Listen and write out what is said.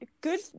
good